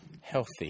healthy